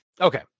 Okay